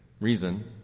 reason